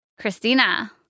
Christina